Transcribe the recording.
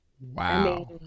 Wow